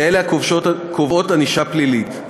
כאלה הקובעות ענישה פלילית,